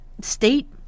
state